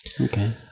okay